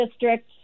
district